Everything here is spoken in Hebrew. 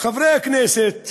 חברי הכנסת